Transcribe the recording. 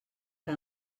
que